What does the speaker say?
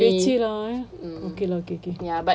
leceh lah eh okay lah okay okay okay